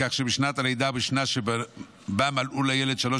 כך שבשנת הלידה ובשנה שבה מלאו לילד שלוש